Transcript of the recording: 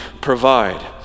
provide